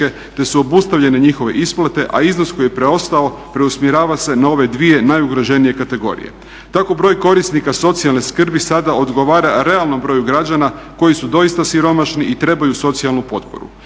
te su obustavljene njihove isplate a iznos koji je preostao preusmjerava se na ove dvije, najugroženije kategorije. Tako broj korisnika socijalne skrbi sada odgovara realnom broju građana koji su doista siromašni i trebaju socijalnu potporu.